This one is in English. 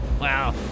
Wow